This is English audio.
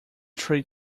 tree